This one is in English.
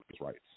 rights